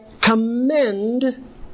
commend